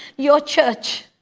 your church